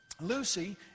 Lucy